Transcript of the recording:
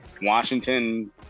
Washington